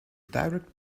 direct